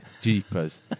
jeepers